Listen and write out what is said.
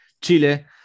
Chile